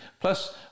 Plus